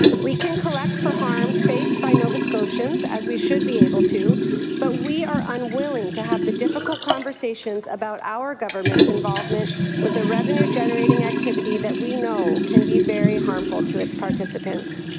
we can collect for harm faced by nova scotians, as we should be able to but we are unwilling to have the difficult conversations about our government's involvement with the revenue generating activity that we know can be very harmful to its participants.